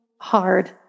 hard